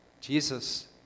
Jesus